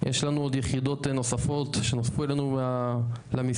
יש לנו עוד יחידות נוספות שנוספו לנו למשרד,